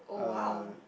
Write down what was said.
uh